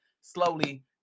slowly